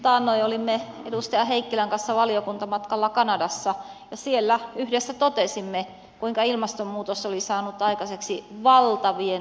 taannoin olimme edustaja heikkilän kanssa valiokuntamatkalla kanadassa ja siellä yhdessä totesimme kuinka ilmastonmuutos oli saanut aikaiseksi valtavien metsäalueiden tuhot